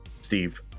Steve